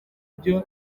byo